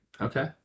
Okay